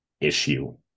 issue